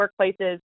workplaces